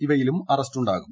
ഇവയിലും അറസ്റ്റുണ്ടാകും